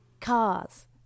cars